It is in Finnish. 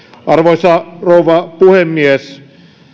arvoisa rouva puhemies